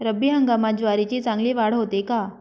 रब्बी हंगामात ज्वारीची चांगली वाढ होते का?